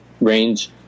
range